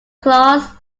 claus